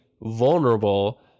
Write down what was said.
vulnerable